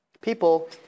People